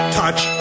touch